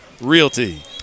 Realty